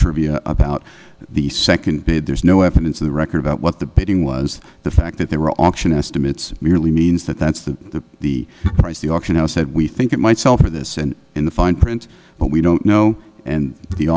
trivia about the second bid there's no evidence the record about what the bidding was the fact that there were auction estimates merely means that that's the the price the auction house said we think it might sell for this and in the fine print but we don't know and the